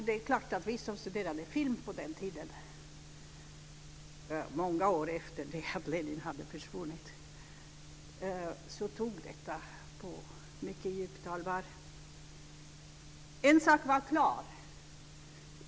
Det är klart att vi som studerade film på den tiden, många år efter det att Lenin hade försvunnit, tog detta på mycket djupt allvar.